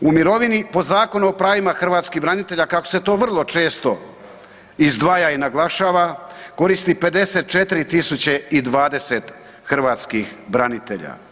U mirovini po Zakonu o pravima hrvatskih branitelja kako se to vrlo često izdvaja i naglašava koristi 54 020 hrvatskih branitelja.